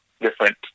different